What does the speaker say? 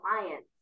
clients